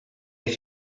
take